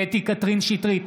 קטי קטרין שטרית,